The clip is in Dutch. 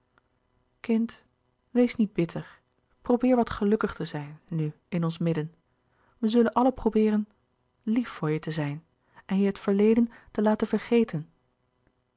kind wees niet bitter probeer wat gelukkig te zijn nu in ons midden wij zullen allen probeeren lief voor je te zijn en je het verleden te laten vergeten